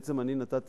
שבעצם אני נתתי